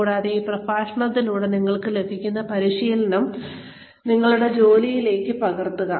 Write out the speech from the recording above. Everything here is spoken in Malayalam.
കൂടാതെ ഈ പ്രഭാഷണങ്ങളിലൂടെ നിങ്ങൾക്ക് ലഭിക്കുന്ന പരിശീലനം നിങ്ങളുടെ ജോലിയിലേക്ക് പകർത്തുക